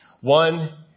One